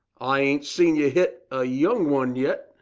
i ain't seen you hit a young one yet.